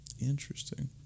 Interesting